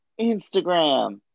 Instagram